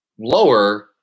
lower